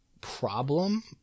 problem